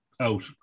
Out